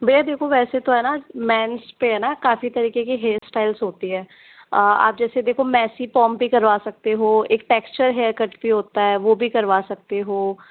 भईया देखो वैसे तो है ना मेंस के है ना काफ़ी तरीके की हेयर स्टाइल्स होती है आप जैसे देखो मैसी पौम्प भी करा सकते हो एक टेक्स्चर हेयर कट भी होता है वो भी करवा सकते हो